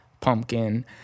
pumpkin